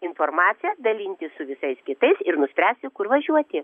informacija dalintis su visais kitais ir nuspręsi kur važiuoti